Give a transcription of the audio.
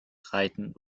reiten